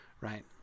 right